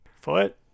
Foot